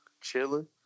Chilling